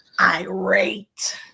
irate